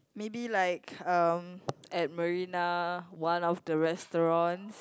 maybe like um at Marina one of the restaurants